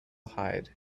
hide